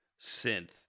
synth